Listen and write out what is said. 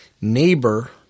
neighbor